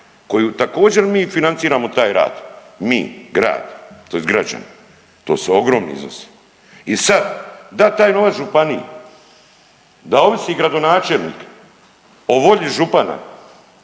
koju također mi financiramo taj rad, mi grad, tj. građani. To su ogromni iznosi. I sad dat taj novac županiji da ovisi gradonačelnik o volji župana,